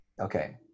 Okay